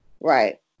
right